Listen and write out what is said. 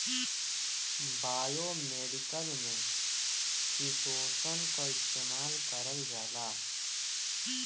biomedical में chitosan क इस्तेमाल करल जाला